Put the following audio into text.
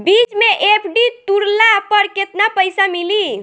बीच मे एफ.डी तुड़ला पर केतना पईसा मिली?